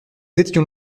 étions